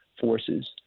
forces